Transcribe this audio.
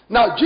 Now